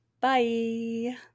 bye